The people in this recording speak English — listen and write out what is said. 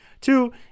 Two